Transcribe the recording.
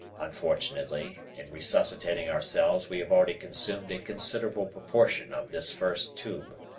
unfortunately, in resuscitating ourselves we have already consumed a considerable proportion of this first tube.